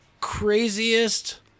craziest